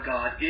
God